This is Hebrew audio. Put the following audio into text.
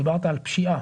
דיברת על פשיעה.